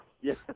yes